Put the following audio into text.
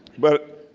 but,